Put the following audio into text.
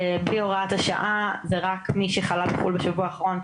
בלי הוראת השעה זה רק מי שחלה בחו"ל בשבוע האחרון,